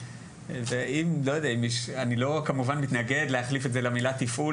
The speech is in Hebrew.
אני לא מתנגד להחליף את זה למילה "תפעול",